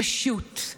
פשוט,